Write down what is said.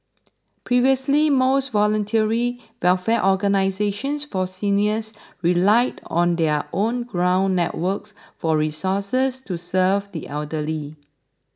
previously most voluntary welfare organisations for seniors relied on their own ground networks for resources to serve the elderly